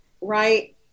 Right